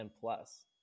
Plus